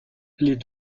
les